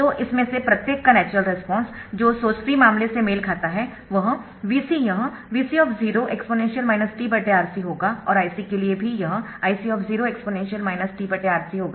तो इनमें से प्रत्येक का नैचरल रेस्पॉन्स जो सोर्स फ्री मामले से मेल खाता है वह Vc यह Vc exp t RC होगा और Ic के लिए भी यह Ic exp t RC होगा